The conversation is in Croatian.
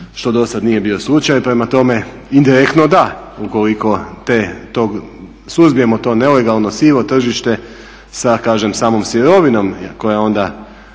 što dosad nije bio slučaj. Prema tome indirektno da ukoliko suzbijemo to nelegalno, sivo tržište sa kažem samom sirovinom koja onda